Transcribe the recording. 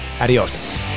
Adios